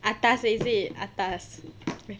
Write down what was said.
atas is it atas